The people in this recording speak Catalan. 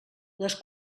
les